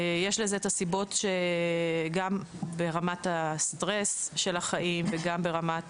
יש לזה סיבות שגם ברמת הלחץ של החיים וגם ברמת